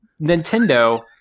Nintendo